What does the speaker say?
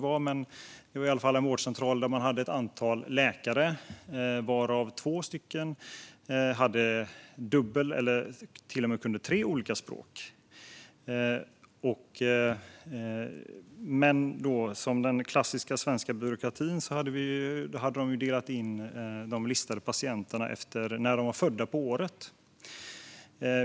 Man hade i alla fall där ett antal läkare, varav två talade två eller till och med tre språk. Enligt den klassiska svenska byråkratin hade man delat in de listade patienterna efter när på året de var födda.